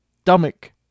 stomach